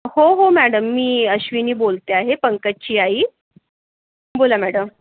हो हो मॅडम मी अश्विनी बोलते आहे पंकजची आई बोला मॅडम